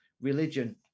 religion